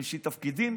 בשביל תפקידים,